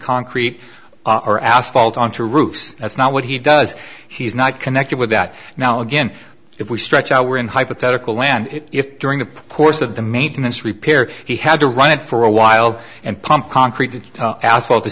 concrete or asphalt onto roofs that's not what he does he's not connected with that now again if we stretch out we're in hypothetical land if during the course of the maintenance repair he had to run it for a while and pump concrete and asphalt to